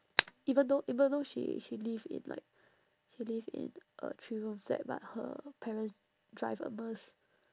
even though even though she she live in like she live in a three room flat but her parents drive a merc